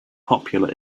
popular